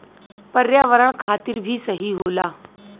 पर्यावरण खातिर भी सही होला